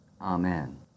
amen